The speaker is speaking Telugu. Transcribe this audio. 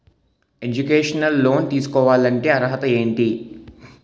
ఎడ్యుకేషనల్ లోన్ తీసుకోవాలంటే అర్హత ఏంటి?